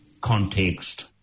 context